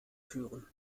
führen